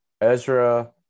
Ezra